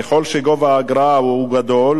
ככל שהאגרה יותר גבוהה,